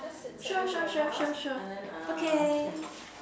sure sure sure sure sure okay